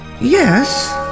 yes